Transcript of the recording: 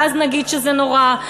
ואז נגיד שזה נורא,